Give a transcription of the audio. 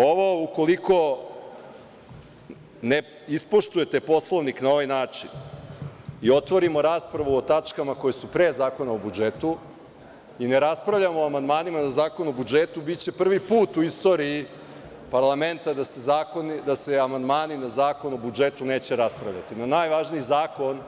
Ovo, ukoliko ne ispoštujete ovaj Poslovnik na ovaj način i otvorimo raspravu o tačkama koje su pre Zakona o budžetu i ne raspravljamo o amandmanima na Zakon o budžetu, biće prvi put u istoriji parlamenta da se amandmani na Zakon o budžetu neće raspravljati, na najvažniji zakon